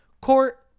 court